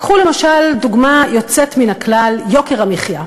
קחו למשל דוגמה יוצאת מן הכלל, יוקר המחיה.